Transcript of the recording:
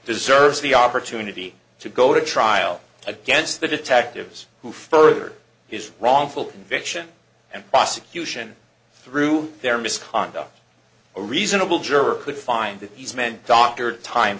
deserves the opportunity to go to trial against the detectives who further his wrongful conviction and prosecution through their misconduct a reasonable juror could find that these men doctored time